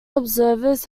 observers